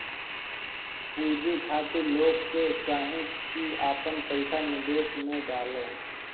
पूंजी खातिर लोग के चाही की आपन पईसा निवेश में डाले